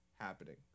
happening